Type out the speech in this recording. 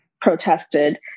protested